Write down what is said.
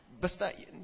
Basta